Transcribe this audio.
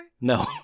No